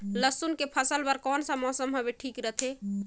लसुन के फसल बार कोन सा मौसम हवे ठीक रथे?